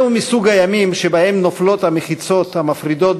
זהו מסוג הימים שבהם נופלות המחיצות המפרידות